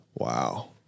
Wow